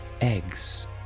eggs